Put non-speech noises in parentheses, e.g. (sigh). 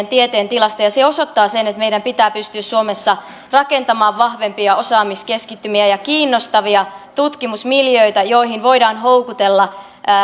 (unintelligible) tieteen tilasta ne osoittavat sen että meidän pitää pystyä suomessa rakentamaan vahvempia osaamiskeskittymiä ja kiinnostavia tutkimusmiljöitä joihin voidaan houkutella